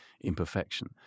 imperfection